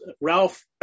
Ralph